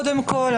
קודם כול,